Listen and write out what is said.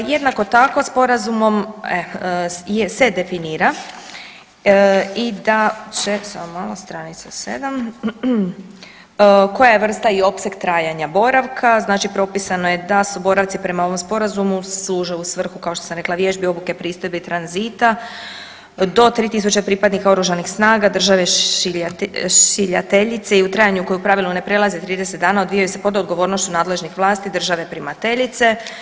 Jednako tako sporazumom se definira i da će, samo malo, stranica 7., koja je vrsta i opseg trajanja boravka, znači propisano je da su boravci prema ovom sporazumu služe u svrhu, kao što sam rekla, vježbi, obuke, pristojbe i tranzita do 3 000 pripadnika oružanih snaga države šiljateljice i u trajanju koje u pravilu ne prelazi 30 dana, odvijaju se pod odgovornošću nadležnih vlasti države primateljice.